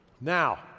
Now